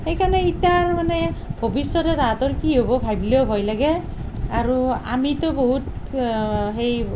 সেইকাৰণে ইটা মানে ভৱিষ্যতে তাহাঁতৰ কি হ'ব ভাবিলেও ভয় লাগে আৰু আমিটো বহুত সেই